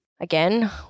Again